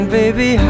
baby